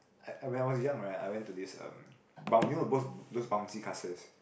I I when I was young right I went this um boun~ you know those bouncy castles